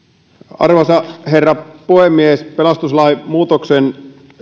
arvoisa herra puhemies pelastuslain muutoksen